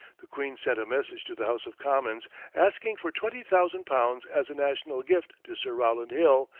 the queen sent a message to the house of commons asking for twenty thousand pounds as a national gift to sir rowland hill,